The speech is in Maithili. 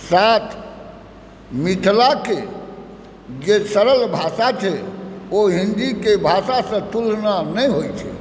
साथ मिथिलाके जे सरल भाषा छै ओ हिन्दीके भाषासँ तुलना नहि होइ छै